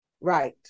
Right